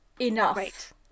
enough